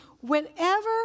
whenever